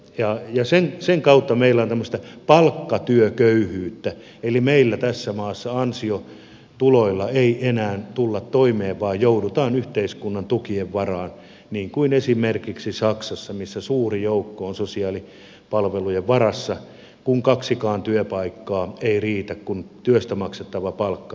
ja sen kautta meillä on tämmöistä palkkatyököyhyyttä eli meillä tässä maassa ansiotuloilla ei enää tulla toimeen vaan joudutaan yhteiskunnan tukien varaan niin kuin esimerkiksi saksassa missä suuri joukko on sosiaalipalvelujen varassa kun kaksikaan työpaikkaa ei riitä kun työstä maksettava palkka on niin pieni